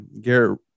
Garrett